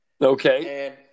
Okay